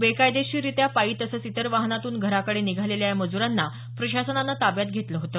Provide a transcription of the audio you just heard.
बेकायदेशीररित्या पायी तसंच इतर वाहनांतून घराकडे निघालेल्या या मजुरांना प्रशासनानं ताब्यात घेतलं होतं